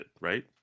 right